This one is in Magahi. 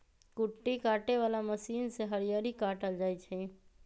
कुट्टी काटे बला मशीन से हरियरी काटल जाइ छै